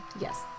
Yes